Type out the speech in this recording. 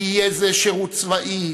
יהיה זה שירות צבאי,